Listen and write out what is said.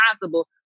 possible